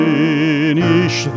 Finish